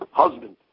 husband